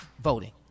voting